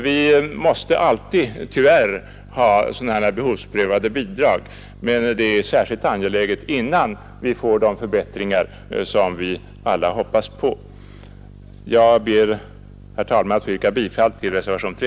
Vi måste nog tyvärr alltid ha behovsprövade bidrag, men det är särskilt angeläget innan vi får de förbättringar som vi alla hoppas på. Jag ber, herr talman, att få yrka bifall till reservationen 3.